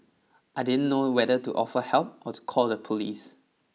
I didn't know whether to offer help or to call the police